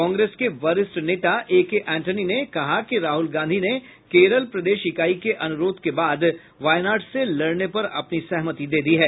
कांग्रेस के वरिष्ठ नेता ए के एंटनी ने कहा है कि राहुल गांधी ने केरल प्रदेश इकाई के अनुरोध के बाद वायनाड से लड़ने पर अपनी सहमति दे दी है